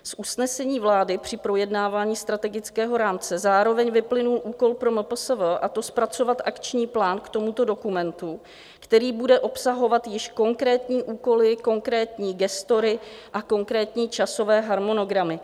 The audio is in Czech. Z usnesení vlády při projednávání strategického rámce zároveň vyplynul úkol pro MPSV, a to zpracovat akční plán k tomuto dokumentu, který bude obsahovat již konkrétní úkoly, konkrétní gestory a konkrétní časové harmonogramy.